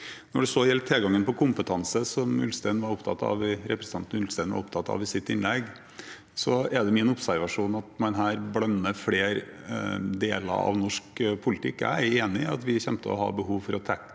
Når det så gjelder tilgangen på kompetanse, som representanten Ulstein var opptatt av i sitt innlegg, er det min observasjon at man her blander flere deler av norsk politikk. Jeg er enig i at vi kommer til å ha behov for å tiltrekke